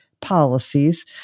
policies